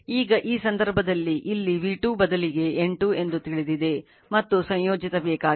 ಈಗ ಈ ಸಂದರ್ಭದಲ್ಲಿ ಇಲ್ಲಿ v2 ಬ ದಲಿಗೆ N2 ಎಂದು ತಿಳಿದಿದೆ ಮತ್ತು ಸಂಯೋಜಿಸಬೇಕಾಗಿದೆ